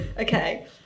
Okay